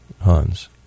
Hans